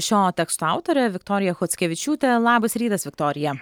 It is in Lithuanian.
šio teksto autorė viktorija chockevičiūtė labas rytas viktorija